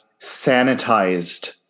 sanitized